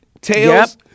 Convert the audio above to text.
Tails